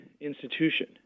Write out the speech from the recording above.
institution